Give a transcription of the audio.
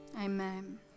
Amen